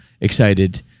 excited